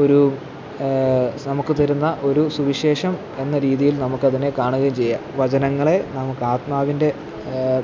ഒരു നമുക്ക് തരുന്ന ഒരു സുവിശേഷം എന്ന രീതിയില് നമുക്കതിനെ കാണുകയും ചെയ്യാം വചനങ്ങളെ നമുക്കാത്മാവിന്റെ